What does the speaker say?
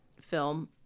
film